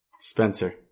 Spencer